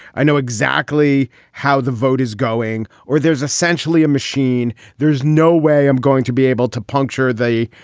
i know exactly how the vote is going or there's essentially a machine there's no way i'm going to be able to puncture the,